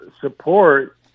support